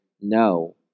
no